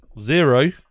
zero